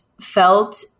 felt